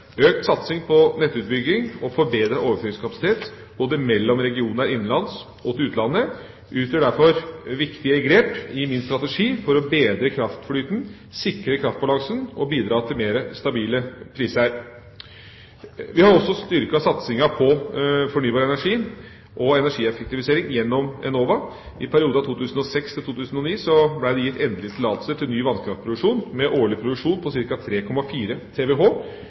Økt satsing på nettutbygging og forbedret overføringskapasitet både mellom regioner innenlands og til utlandet utgjør derfor viktige grep i min strategi for å bedre kraftflyten, sikre kraftbalansen og bidra til mer stabile priser. Vi har også styrket satsinga på fornybar energi og energieffektivisering gjennom Enova. I perioden 2006–2009 ble det gitt endelig tillatelse til ny vannkraftproduksjon med årlig produksjon på ca. 3,4 TWh